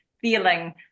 feeling